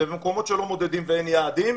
ובמקומות שלא מודדים ואין יעדים,